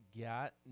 got